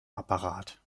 apparat